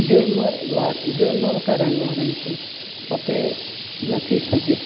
जुर्म वारे जुर्म करण वारनि खे पकिड़े नथी सघे